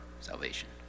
salvation